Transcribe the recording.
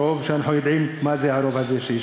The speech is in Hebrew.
רוב שאנחנו יודעים מה הרוב הזה.